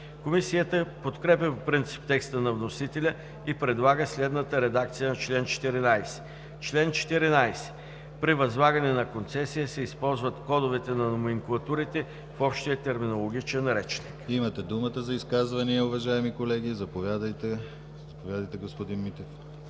Комисията подкрепя по принцип текста на вносителя и предлага следната редакция на чл. 14: „Чл. 14. При възлагане на концесия се използват кодовете на номенклатурите в Общия терминологичен речник.“ ПРЕДСЕДАТЕЛ ДИМИТЪР ГЛАВЧЕВ: Имате думата за изказвания, уважаеми колеги. Заповядайте, господин Митев.